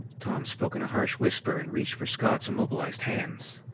tom spoke in a harsh whisper and reached for scott's immobilized hands.